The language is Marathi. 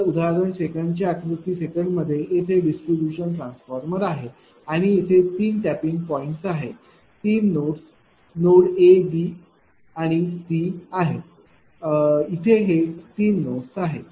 तर उदाहरण 2 च्या आकृती 2 मध्ये येथे डिस्ट्रीब्यूशन ट्रान्सफॉर्मर आहे आणि येथे तीन टॅपिंग पॉईंट्स आहेत तीन nodes node A node B आणि नोड C आहेत इथे हे तीन नोड्स आहेत